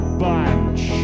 bunch